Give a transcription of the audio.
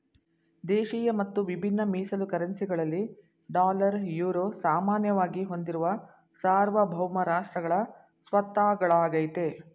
ದೇಶಿಯ ಮತ್ತು ವಿಭಿನ್ನ ಮೀಸಲು ಕರೆನ್ಸಿ ಗಳಲ್ಲಿ ಡಾಲರ್, ಯುರೋ ಸಾಮಾನ್ಯವಾಗಿ ಹೊಂದಿರುವ ಸಾರ್ವಭೌಮ ರಾಷ್ಟ್ರಗಳ ಸ್ವತ್ತಾಗಳಾಗೈತೆ